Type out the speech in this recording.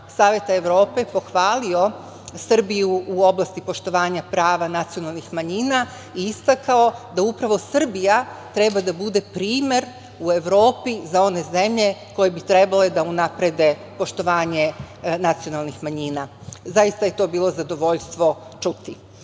Savet Evrope pohvalio Srbiju u oblasti poštovanja prava nacionalnih manjina i istakao da upravo Srbija treba da bude primer u Evropi za one zemlje koje bi trebale da unaprede poštovanje nacionalnih manjina. Zaista je to bilo zadovoljstvo čuti. Na